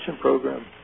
program